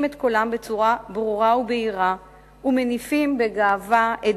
את קולם בצורה ברורה ובהירה ומניפים בגאווה את